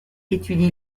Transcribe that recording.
étudie